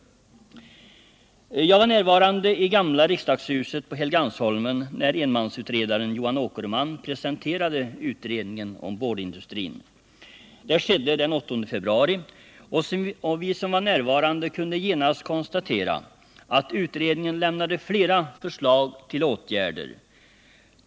Jag var närvarande i gamla riksdagshuset på Helgeandsholmen när enmansutredaren Johan Åkerman presenterade utredningen om boardindustrin. Det skedde den 8 februari, och vi som var närvarande kunde genast konstatera, att utredningen lämnade flera förslag till åtgärder.